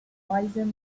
risen